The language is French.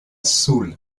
soule